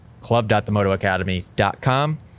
club.themotoacademy.com